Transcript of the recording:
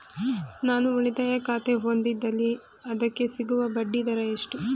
ನಾನು ಉಳಿತಾಯ ಖಾತೆ ಹೊಂದಿದ್ದಲ್ಲಿ ಅದಕ್ಕೆ ಸಿಗುವ ಬಡ್ಡಿ ದರ ಎಷ್ಟು?